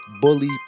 Bully